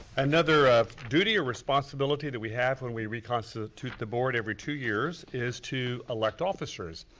another duty or responsibility that we have when we reconstitute the board every two years, is to elect officers.